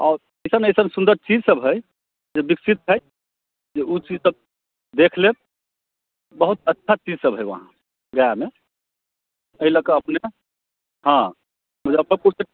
आउ ऐसन ने सुन्दर चीज सभ हय जे विकसित हय जे ओ चीज सभ देखि लेब बहुत अच्छा चीज सभ हय उहाँ गयामे एहि लऽ कऽ अपने हँ मुजफ्फरपुर से